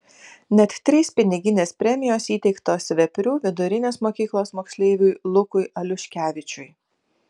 net trys piniginės premijos įteiktos veprių vidurinės mokyklos moksleiviui lukui aliuškevičiui